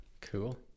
Cool